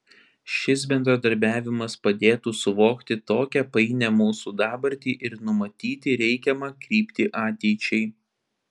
šis bendradarbiavimas padėtų suvokti tokią painią mūsų dabartį ir numatyti reikiamą kryptį ateičiai